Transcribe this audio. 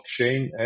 blockchain